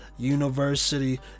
University